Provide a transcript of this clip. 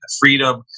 freedom